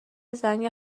زنگ